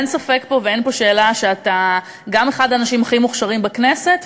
אין ספק פה ואין פה שאלה שאתה גם אחד האנשים הכי מוכשרים בכנסת,